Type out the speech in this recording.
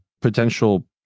potential